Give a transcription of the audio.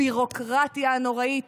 הביורוקרטיה הנוראית